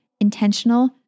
intentional